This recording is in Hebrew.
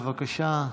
מסכה,